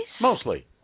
Mostly